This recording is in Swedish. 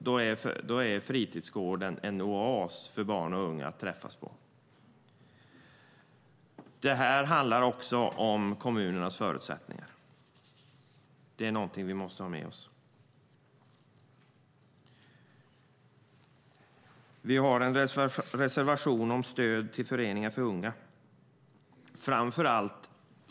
Då är fritidsgården en oas för barn och unga att träffas på. Vi har en reservation om stöd till föreningar för unga.